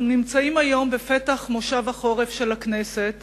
אנחנו נמצאים היום בפתח כנס החורף של הכנסת